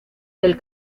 del